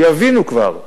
שיבינו כבר.